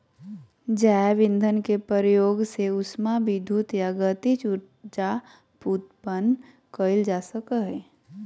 जैव ईंधन के प्रयोग से उष्मा विद्युत या गतिज ऊर्जा उत्पन्न कइल जा सकय हइ